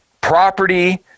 property